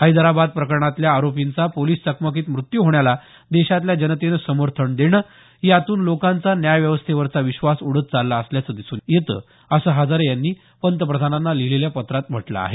हैदराबाद प्रकरणातल्या आरोपींचा पोलिस चकमकीत मृत्यू होण्याला देशातल्या जनतेनं समर्थन देणं यातून लोकांचा न्याय व्यवस्थेवरचा विश्वास उडत चालला असल्याचं दिसून येतं असं हजारे यांनी पंतप्रधानांना लिहिलेल्या पत्रात म्हटलं आहे